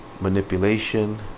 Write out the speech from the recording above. manipulation